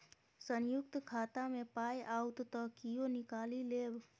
संयुक्त खाता मे पाय आओत त कियो निकालि लेब